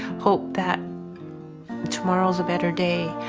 hope that tomorrow's a better day.